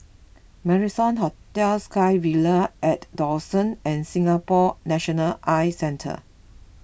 Marrison Hotel SkyVille at Dawson and Singapore National Eye Centre